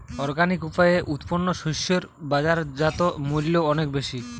organic উপায়ে উৎপন্ন শস্য এর বাজারজাত মূল্য অনেক বেশি